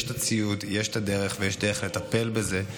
יש את הציוד, יש את הדרך ויש דרך לטפל בזה,